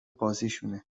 بازیشونه